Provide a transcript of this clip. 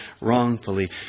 wrongfully